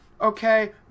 Okay